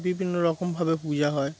বিভিন্ন রকম ভাবে পূজা হয়